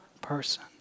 person